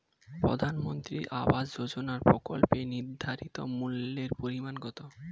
প্রধানমন্ত্রী আবাস যোজনার প্রকল্পের নির্ধারিত মূল্যে পরিমাণ কত?